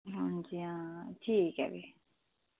ते इंया ठीक ऐ भी